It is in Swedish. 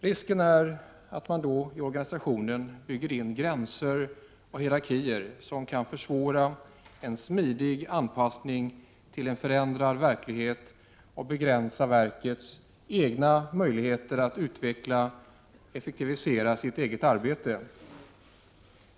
Risken är att man då i organisationen bygger in gränser och hierarkier som kan försvåra en smidig anpassning till en förändrad verklighet och begränsa verkets egna möjligheter att utveckla och effektivisera sitt eget arbete.